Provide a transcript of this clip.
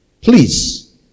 please